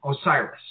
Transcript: Osiris